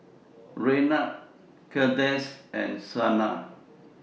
Raynard Kandace and Shana